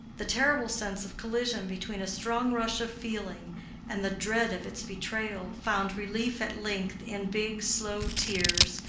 the terrible sense of collision between a strong rush of feeling and the dread of its betrayal, found relief at length in big slow tears,